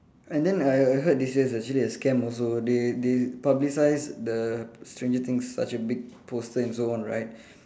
and then I I heard this year's actually a scam also they they publicise the stranger things such a big poster and so on right